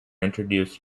introduced